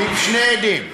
עם שני עדים.